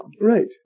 Right